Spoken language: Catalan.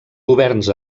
governs